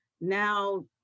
now